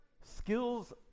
skills